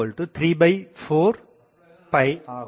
7534 ஆகும்